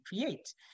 create